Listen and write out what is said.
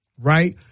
right